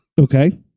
Okay